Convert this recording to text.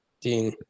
Dean